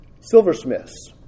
silversmiths